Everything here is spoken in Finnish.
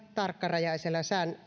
tarkkarajaisilla